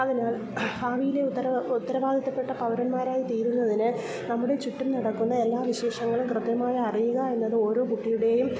അതിനാൽ ഭാവിയിലെ ഉത്തരവാദിത്തപ്പെട്ട പൗരന്മാരായി തീരുന്നതിന് നമ്മുടെ ചുറ്റും നടക്കുന്ന എല്ലാ വിശേഷങ്ങളും കൃത്യമായി അറിയുക എന്നത് ഓരോ കുട്ടിയുടെയും